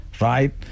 right